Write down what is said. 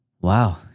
wow